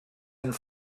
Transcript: and